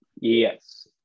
Yes